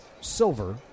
silver